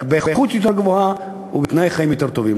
רק באיכות יותר גבוהה ובתנאי חיים יותר טובים.